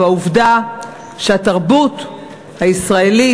והעובדה שהתרבות הישראלית,